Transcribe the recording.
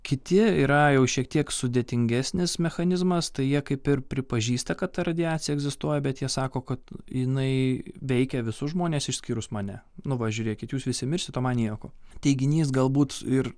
kiti yra jau šiek tiek sudėtingesnis mechanizmas tai jie kaip ir pripažįsta kad ta radiacija egzistuoja bet jie sako kad jinai veikia visus žmones išskyrus mane nu va žiūrėkit jūs visi mirsit o man nieko teiginys galbūt ir